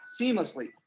Seamlessly